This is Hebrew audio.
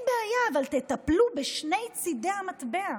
אין בעיה, אבל תטפלו בשני צידי המטבע: